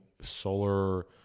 solar